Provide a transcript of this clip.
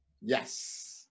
Yes